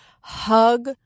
hug